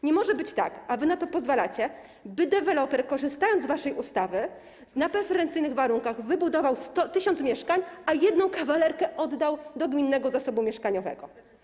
Nie może być tak - a wy na to pozwalacie - by deweloper, korzystając z waszej ustawy, mógł na preferencyjnych warunkach wybudować 1000 mieszkań, a jedną kawalerkę oddać do gminnego zasobu mieszkaniowego.